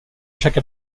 chaque